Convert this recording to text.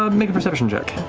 um make a perception check.